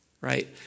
right